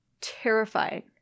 terrifying